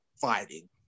fighting